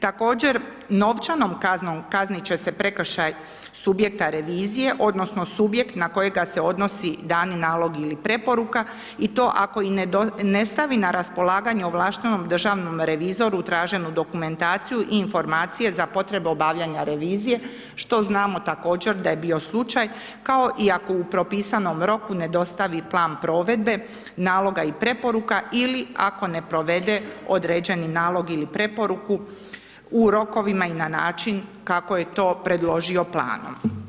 Također, novčanom kaznom kaznit će se prekršaj subjekta revizije odnosno subjekt na kojega se odnosi dani nalog ili preporuka i to ako i ne stavi na raspolaganje ovlaštenom državnom revizoru traženo dokumentaciju i informacije za potrebe obavljanja revizije što znamo također da je bio slučaj kao i ako u propisanom roku ne dostavi plan provedbe naloga i preporuka ili ako ne provede određeni nalog ili preporuku u rokovima i na način kako je to predložio planom.